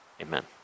Amen